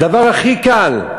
דבר הכי קל.